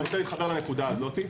אני רוצה להתחבר לנקודה הזאת.